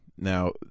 Now